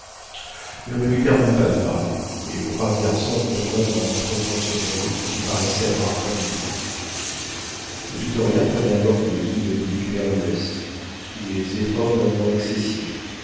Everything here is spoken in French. mais on ne lui permit pas de parler et le brave garçon retomba dans un profond sommeil dont il paraissait avoir grand besoin le victoria prenait alors une ligne oblique vers l'ouest sous les efforts d'un vent excessif